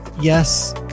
Yes